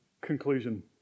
Conclusion